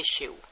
issue